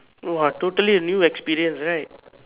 no ah totally new experience right